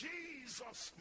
Jesus